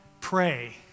Pray